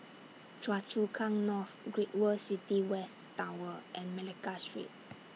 Choa Chu Kang North Great World City West Tower and Malacca Street